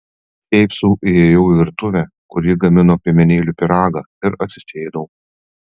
šiaip sau įėjau į virtuvę kur ji gamino piemenėlių pyragą ir atsisėdau